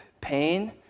pain